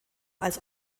als